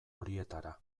horietara